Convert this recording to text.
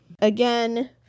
again